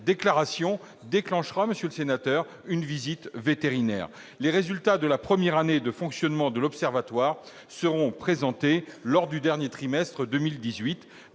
déclaration déclenchera une visite vétérinaire. Les résultats de la première année de fonctionnement de cet observatoire seront présentés au cours du dernier trimestre de 2018.